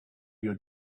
your